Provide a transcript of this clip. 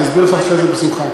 אני אסביר לך אחרי זה בשמחה.